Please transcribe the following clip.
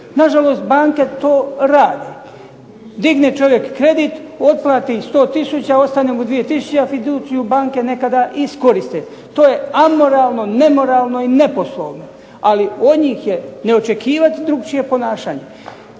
Nažalost, banke to rade. Digne čovjek kredit, otplati 100 tisuće, ostane mu dvije tisuće a fiducij banke nekada iskoriste. To ja amoralno, nemoralno i neposlovno. Ali od njih je očekivati drugačije ponašanje.